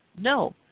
No